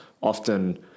often